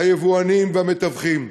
היבואנים והמתווכים.